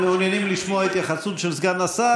אתם מעוניינים לשמוע התייחסות של סגן השר?